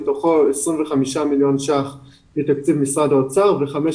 מתוכו 25 מיליון שקלים מתקציב משרד האוצר ו-15